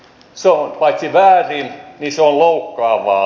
se on paitsi väärin myös loukkaavaa